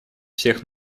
всех